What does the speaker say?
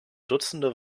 dutzende